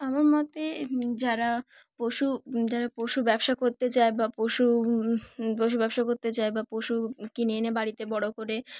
আমার মতে যারা পশু যারা পশু ব্যবসা করতে চায় বা পশু পশু ব্যবসা করতে চায় বা পশু কিনে এনে বাড়িতে বড়ো করে